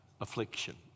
affliction